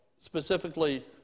specifically